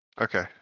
Okay